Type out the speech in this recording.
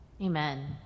Amen